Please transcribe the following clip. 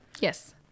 Yes